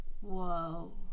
whoa